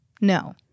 No